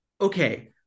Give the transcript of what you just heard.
okay